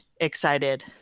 excited